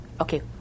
okay